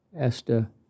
Esther